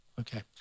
Okay